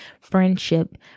friendship